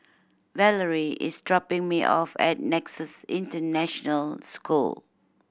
Valarie is dropping me off at Nexus International School